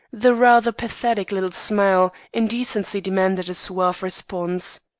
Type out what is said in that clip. the rather pathetic little smile, in decency demanded a suave response.